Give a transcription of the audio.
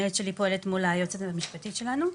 המנהלת שלי פועלת בנושא יחד היועצת המשפטית שלנו,